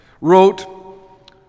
wrote